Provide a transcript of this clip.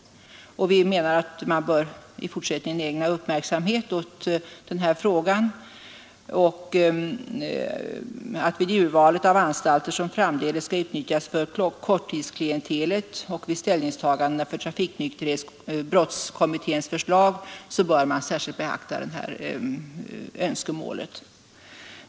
Vi menar att man i fortsättningen bör ägna uppmärksamhet åt denna fråga och att man vid det urval av anstalter som framdeles skall utnyttjas bör för korttidsklientelet och vid ställningstagandena för brottskommitténs förslag särskilt beakta dessa önskemål.